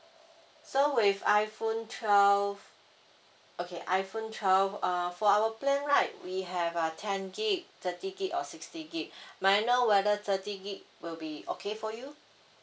so with iphone twelve okay iphone twelve uh for our plan right we have uh ten gig thirty gig or sixty gigabyte may I know whether thirty gigabyte will be okay for you